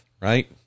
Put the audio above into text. right